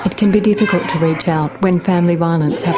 can be difficult to reach out when family violence